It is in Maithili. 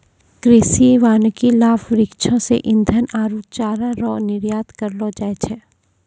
कृषि वानिकी लाभ वृक्षो से ईधन आरु चारा रो निर्यात करलो जाय छै